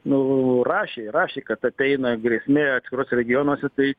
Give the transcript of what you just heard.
nu rašė rašė kad ateina grėsmė atskiruose regionuose tai